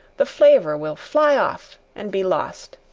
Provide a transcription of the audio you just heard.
the flavor will fly off and be lost.